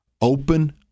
open